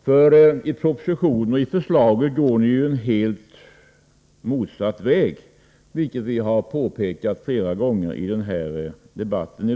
För i propositionsförslagen går ni ju en helt motsatt väg, vilket vi påpekat flera gånger i dagens debatt.